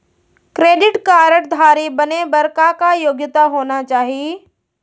Credit card धारी बने बर का का योग्यता होना चाही?